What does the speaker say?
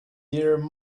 there